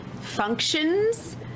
functions